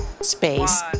space